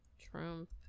Trump